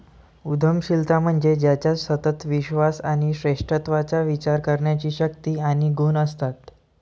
उद्यमशीलता म्हणजे ज्याच्यात सतत विश्वास आणि श्रेष्ठत्वाचा विचार करण्याची शक्ती आणि गुण असतात